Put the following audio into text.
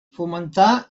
fomentar